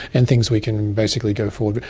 and thinks we can basically go forward with.